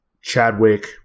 Chadwick